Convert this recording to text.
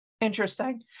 interesting